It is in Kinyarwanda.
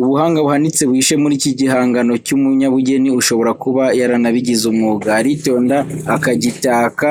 Ubuhanga buhanitse buhishe muri iki gihangano cy'umunyabugeni, ushobora kuba yaranabigize umwuga. Aritonda akagitaka